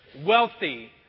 wealthy